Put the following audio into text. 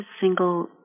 single